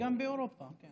גם באירופה, כן.